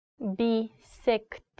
bisect